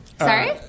Sorry